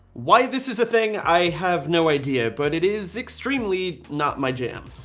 why this is a thing, i have no idea, but it is extremely not my jam.